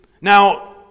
Now